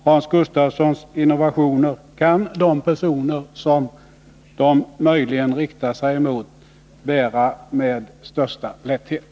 Hans Gustafssons innovationer kan de personer som de möjligen riktar sig mot bära med största lätthet.